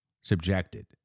subjected